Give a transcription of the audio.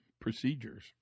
procedures